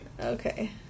Okay